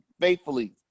faithfully